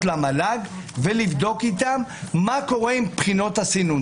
למל"ג ולבדוק איתם מה קורה עם בחינות הסינון.